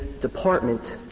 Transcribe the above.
department